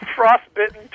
Frostbitten